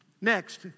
Next